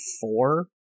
four